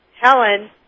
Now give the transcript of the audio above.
Helen